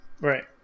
Right